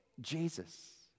jesus